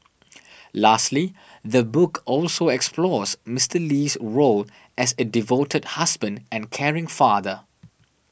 lastly the book also explores Mister Lee's role as a devoted husband and caring father